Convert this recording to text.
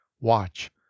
Watch